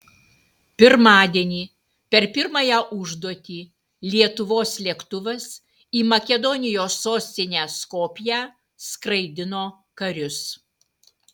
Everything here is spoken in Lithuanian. pirmadienį per pirmąją užduotį lietuvos lėktuvas į makedonijos sostinę skopję skraidino karius